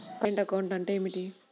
Current account అంటే ఏమిటి?